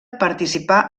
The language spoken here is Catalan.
participar